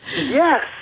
Yes